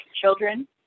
children